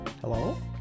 Hello